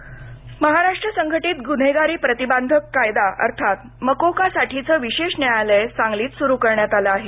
न्यायालय महाराष्ट्र संघटित गुन्हेगारी प्रतिबंधक कायदा अर्थात मकोकासाठीचं विशेष न्यायालय सांगलीत सुरू करण्यात आलं आहे